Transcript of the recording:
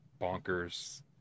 Bonkers